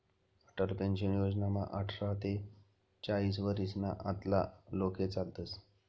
Atal pension योजनामा आठरा ते चाईस वरीसना आतला लोके चालतस